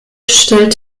stellt